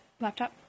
laptop